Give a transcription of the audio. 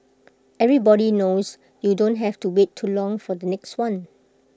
everybody knows you don't have to wait too long for the next one